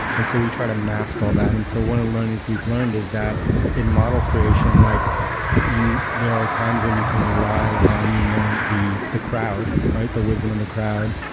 and so we try to mask all that and so one of learnings we've learned is that in model creation, like there are times when you can rely on you know the the crowd, right? the wisdom in the crowd,